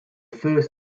first